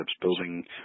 building